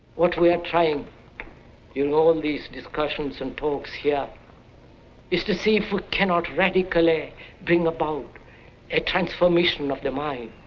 what we are trying in all these discussions and talks here is to see if we cannot radically bring about a transformism of the mind.